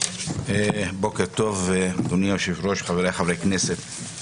בוקר טוב, אדוני היושב-ראש, חבריי חברי הכנסת.